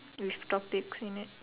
with topics in it